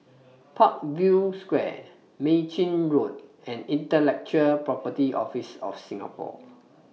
Parkview Square Mei Chin Road and Intellectual Property Office of Singapore